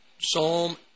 Psalm